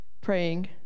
praying